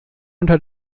unter